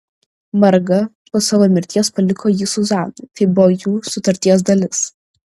marga po savo mirties paliko jį zuzanai tai buvo jų sutarties dalis